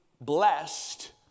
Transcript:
blessed